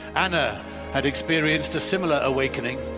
anna had experienced a similar awakening